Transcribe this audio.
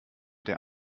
der